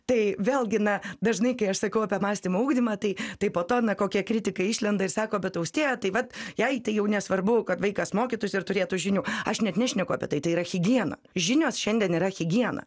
tai vėlgi na dažnai kai aš sakau apie mąstymo ugdymą tai tai po to kokie kritikai išlenda ir sako bet austėja tai vat jei tai jau nesvarbu kad vaikas mokytųsi ir turėtų žinių aš net nešneku apie tai tai yra higiena žinios šiandien yra higiena